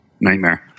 nightmare